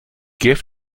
gave